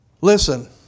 Listen